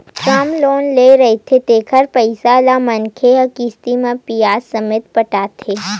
term loan ले रहिथे तेखर पइसा ल मनखे ह किस्ती म बियाज ससमेत पटाथे